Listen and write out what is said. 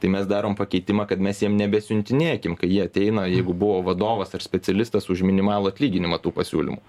tai mes darom pakeitimą kad mes jiem nebesiuntinėkim kai jie ateina jeigu buvo vadovas ar specialistas už minimalų atlyginimą tų pasiūlymų